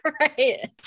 right